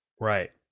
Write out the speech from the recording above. Right